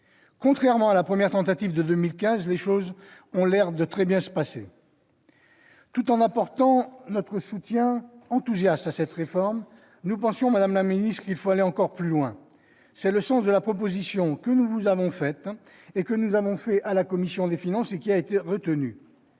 Contrairement à la première tentative, en 2015, les choses ont l'air de très bien se passer. Tout en apportant notre soutien enthousiaste à cette réforme, nous pensons, madame la secrétaire d'État, qu'il faut aller encore plus loin. C'est le sens de la proposition que nous avons soumise à la commission des finances, qui l'a retenue